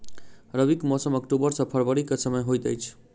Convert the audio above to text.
रबीक मौसम अक्टूबर सँ फरबरी क समय होइत अछि